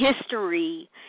history